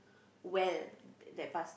well that passed